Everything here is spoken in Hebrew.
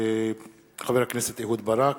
חבר הכנסת אהוד ברק,